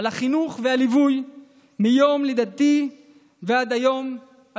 על החינוך והליווי מיום לידתי ועד היום.